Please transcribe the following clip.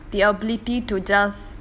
the ability to just